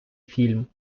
фільм